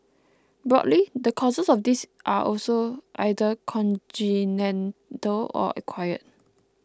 broadly the causes of this are also either congenital or acquired